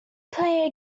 play